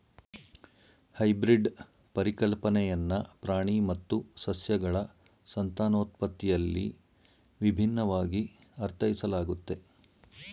hybrid ಪರಿಕಲ್ಪನೆಯನ್ನ ಪ್ರಾಣಿ ಮತ್ತು ಸಸ್ಯಗಳ ಸಂತಾನೋತ್ಪತ್ತಿಯಲ್ಲಿ ವಿಭಿನ್ನವಾಗಿ ಅರ್ಥೈಸಲಾಗುತ್ತೆ